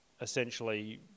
essentially